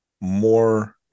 more